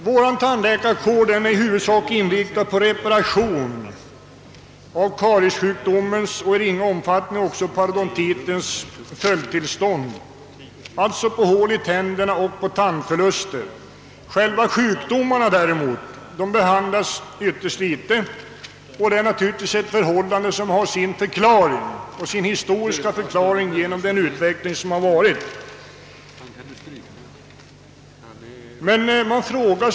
Vår tandläkarkår är i huvudsak inriktad på reparation av kariesjukdo mens och i ringa omfattning också parodontitens följdtillstånd, alltså på hål i tänderna och tandförluster. Själva sjukdomarna behandlas däremot ytterst litet. Detta har naturligtvis sin historiska förklaring i den hittillsvarande utvecklingen.